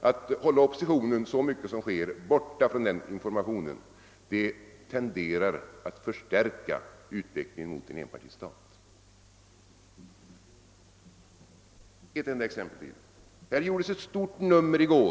Att i så stor utsträckning som sker hålla oppositionen borta från informationen tenderar att förstärka utvecklingen mot en enpartistat. Jag vill ta ett enda exempel till.